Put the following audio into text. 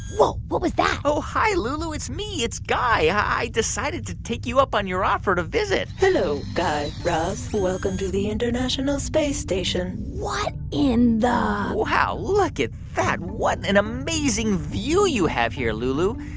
whoa. what was that? oh, hi, lulu. it's me. it's guy. i decided to take you up on your offer to visit hello, guy raz. welcome to the international space station what in the. wow. look at that. what an amazing view you have here, lulu.